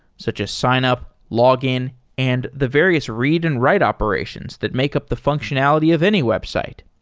such as signup, login and the various read and write operations that make up the functionality of any website.